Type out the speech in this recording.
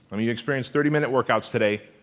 i mean you experience thirty minute workouts today,